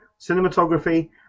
cinematography